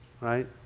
right